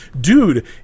dude